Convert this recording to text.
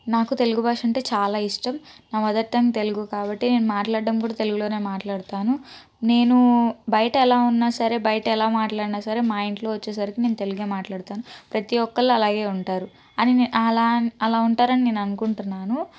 నాకు తెలుగు భాష అంటే చాలా ఇష్టం మా మదర్ టంగ్ తెలుగు కాబట్టి నేను మాట్లాడటం కూడా తెలుగులోనే మాట్లాడుతాను నేను బయట ఎలా ఉన్నా సరే బయట ఎలా మాట్లాడినా సరే మా ఇంట్లో వచ్చేసరికి నేను తెలుగే మాట్లాడతాను ప్రతి ఒక్కళ్ళు అలాగే ఉంటారు అని నేను అలా అని అలా ఉంటారని నేననుకుంటున్నాను